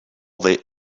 they